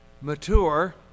mature